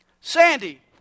Sandy